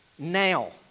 now